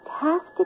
fantastic